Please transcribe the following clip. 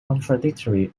contradictory